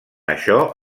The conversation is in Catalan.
això